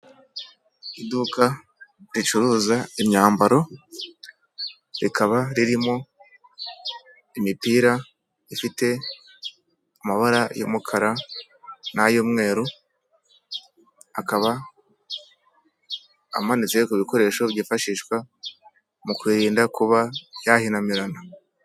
Iduka ricuruza imyambaro rikaba ririmo imipira ifite amabara y'umukara n'ay'umweru akaba amanitse ku bikoresho byifashishwa mu kwirinda kuba yahinamirana.